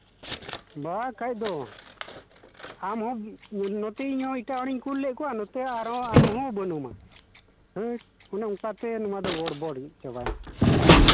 ᱵᱟᱝ ᱠᱷᱟᱱ ᱫᱚ ᱟᱢ ᱦᱚᱸ ᱱᱚᱛᱮ ᱤᱧ ᱦᱚᱸ ᱮᱴᱟᱜ ᱦᱚᱲᱤᱧ ᱠᱩᱞ ᱞᱮᱫ ᱠᱚᱣᱟ ᱱᱚᱛᱮ ᱟᱨᱦᱚᱸ ᱟᱢᱦᱚᱸ ᱵᱟᱹᱱᱩᱢᱟ ᱦᱟᱹᱴ ᱚᱱᱮ ᱚᱱᱠᱟᱛᱮ ᱱᱚᱣᱟ ᱫᱚ ᱜᱚᱲᱵᱚᱲ ᱪᱟᱵᱟᱭᱱᱟ